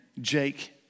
Jake